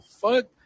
fuck